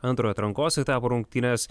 antro atrankos etapo rungtynes